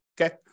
Okay